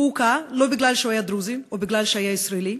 הוא הוכה לא כי היה דרוזי או כי היה ישראלי,